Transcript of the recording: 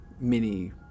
mini